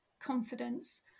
confidence